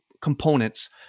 components